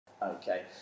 Okay